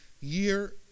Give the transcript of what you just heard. year